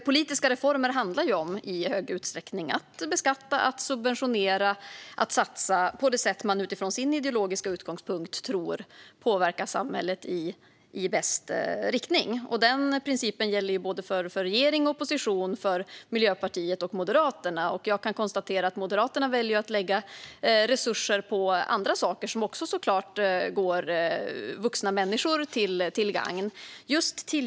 Politiska reformer handlar i stor utsträckning om att beskatta, att subventionera och att satsa på det sätt som man utifrån sin ideologiska utgångspunkt tror påverkar samhället i bäst riktning. Denna princip gäller för såväl regering och opposition som för Miljöpartiet och Moderaterna. Jag kan konstatera att Moderaterna väljer att lägga resurser på andra saker som också är vuxna människor till gagn.